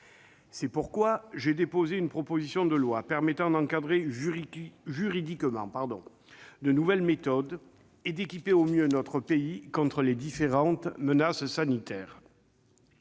C'est pourquoi j'ai déposé la présente proposition de loi, destinée à encadrer juridiquement de nouvelles méthodes et à équiper au mieux notre pays contre les différentes menaces sanitaires.